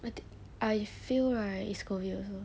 I th~ I feel right is COVID also